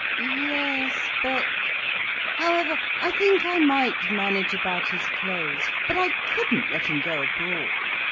yes, but however, i think i might manage about his clothes, but i couldn't let him go abroad.